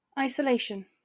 Isolation